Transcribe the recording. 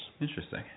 Interesting